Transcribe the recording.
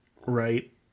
right